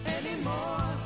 anymore